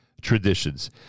traditions